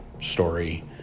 story